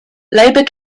labor